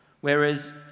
whereas